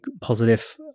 positive